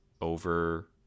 over